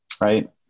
right